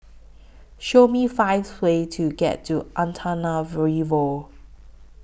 Show Me five ways to get to Antananarivo